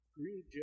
Green